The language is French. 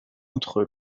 entre